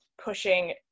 pushing